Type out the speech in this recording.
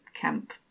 camp